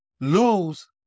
lose